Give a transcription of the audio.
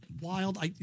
wild